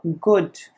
good